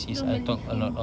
don't believe him